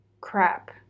crap